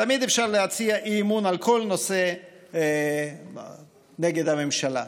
תמיד אפשר להציע אי-אמון על כל נושא נגד הממשלה,